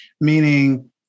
meaning